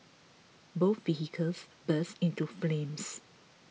both vehicles burst into flames